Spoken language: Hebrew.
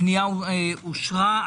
הפנייה אושרה.